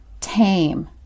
tame